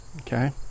Okay